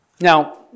Now